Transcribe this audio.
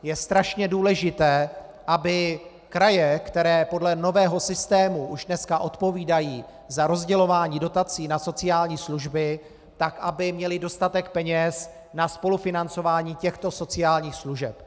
Je strašně důležité, aby kraje, které podle nového systému už dneska odpovídají za rozdělování dotací na sociální služby, měly dostatek peněz na spolufinancování těchto sociálních služeb.